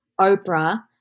Oprah